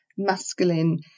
masculine